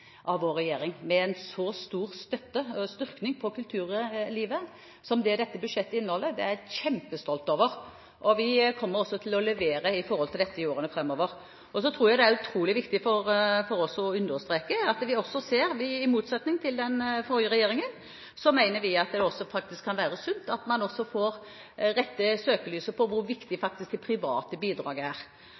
vår regjering. En så stor styrking av kulturlivet som dette budsjettet inneholder, er jeg kjempestolt over. Vi kommer også til å levere i forhold til dette i årene framover. Så er det utrolig viktig for oss å understreke at vi mener – i motsetning til den forrige regjeringen – at det kan være sunt at man får rettet søkelyset på hvor viktig det private bidraget faktisk er.